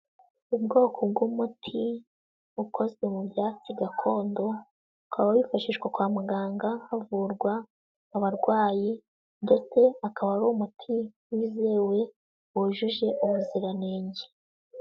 Ubwoko bw'umuti ukozwe mu byatsi gakondo, ukaba wifashishwa kwa muganga, havurwa abarwayi ndetse akaba ari umuti wizewe wujuje ubuziranenge.